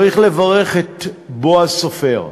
צריך לברך את בועז סופר,